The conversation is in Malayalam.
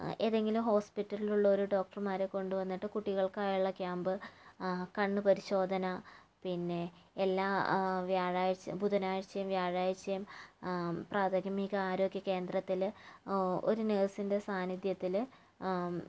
ഏതെങ്കിലും ഹോസ്പിറ്റലിലുള്ള ഒരു ഡോക്ടർമാരെ കൊണ്ടുവന്നിട്ട് കുട്ടികൾക്ക് ആയുള്ള ക്യാമ്പ് കണ്ണു പരിശോധന പിന്നെ എല്ലാ വ്യാഴാഴ്ച ബുധനാഴ്ചയും വ്യാഴാഴ്ചയും പ്രാഥമിക ആരോഗ്യ കേന്ദ്രത്തില് ഒരു നേഴ്സിൻ്റെ സാന്നിധ്യത്തില്